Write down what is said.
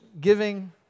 giving